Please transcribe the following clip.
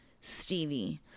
Stevie